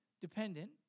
dependent